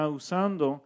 usando